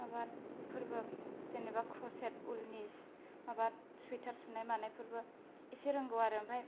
माबा फोरबो जेनोबा क्रसेट ऊलनि माबा सुईटार सुनाय मानायफोरबो एसे रोंगौ आरो ओमफ्राय